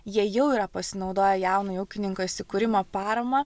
jie jau yra pasinaudoję jaunojo ūkininko įsikūrimo parama